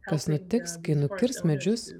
kas nutiks kai nukirs medžius